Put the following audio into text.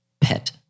pet